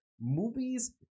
movies